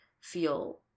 feel